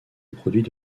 produit